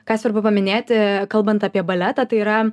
ką svarbu paminėti kalbant apie baletą tai yra